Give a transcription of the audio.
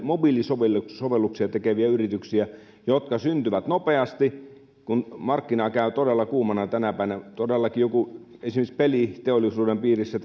mobiilisovelluksia tekeviä yrityksiä jotka syntyvät nopeasti kun markkina käy todella kuumana tänä päivänä todellakin kun joku esimerkiksi peliteollisuuden piirissä